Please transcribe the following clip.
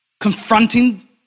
confronting